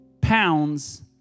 pounds